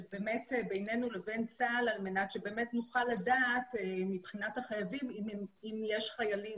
ביננו לבין צה"ל על מנת שבאמת נוכל לדעת מבחינת החייבים אם יש חיילים,